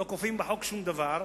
לא כופים בחוק שום דבר,